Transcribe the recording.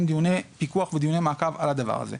דיוני פיקוח ודיוני מעקב על הדבר הזה.